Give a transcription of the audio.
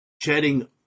Shedding